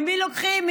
ממי לוקחים?